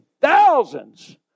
thousands